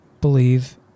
believe